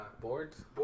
boards